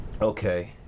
Okay